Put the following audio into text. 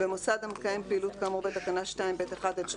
"במוסד המקיים פעילות כאמור בתקנה 2(ב)(1) עד (2ג)